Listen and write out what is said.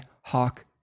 hawk